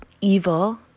evil